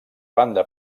banda